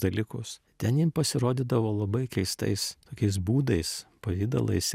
dalykus ten jie pasirodydavo labai keistais tokiais būdais pavidalais